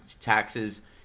taxes